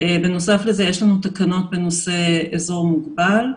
בנוסף, יש לנו תקנות בנושא אזור מוגבל,